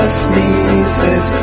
sneezes